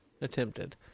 Attempted